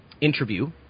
interview